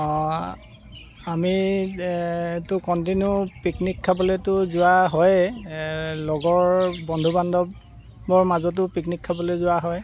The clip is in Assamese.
অ' আমি এইটো কণ্টিনিউ পিকনিক খাবলেতো যোৱা হয়ে লগৰ বন্ধু বান্ধৱৰ মাজতো পিকনিক খাবলৈ যোৱা হয়